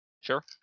Sure